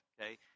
okay